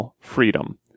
freedom